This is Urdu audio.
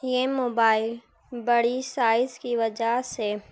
یہ موبائل بڑی سائز کی وجہ سے